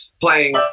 playing